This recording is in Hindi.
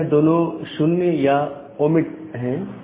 यहां यह दोनों 0 तथा 1 ओमीट हैं